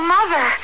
Mother